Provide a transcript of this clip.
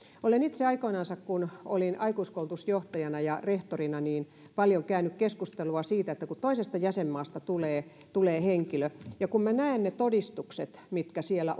olen itse aikoinansa kun olin aikuiskoulutusjohtajana ja rehtorina paljon käynyt keskustelua siitä että kun toisesta jäsenmaasta tulee tulee henkilö ja kun näen ne todistukset mitkä siellä